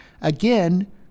Again